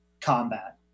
combat